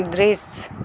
दृश्य